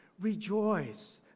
Rejoice